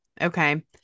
okay